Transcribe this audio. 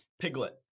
Piglet